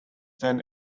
then